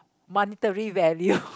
monetary value